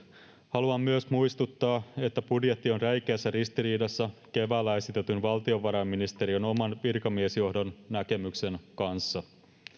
haluan myös muistuttaa että budjetti on räikeässä ristiriidassa keväällä esitetyn valtiovarainministeriön oman virkamiesjohdon näkemyksen kanssa